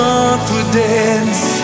confidence